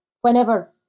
whenever